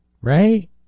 right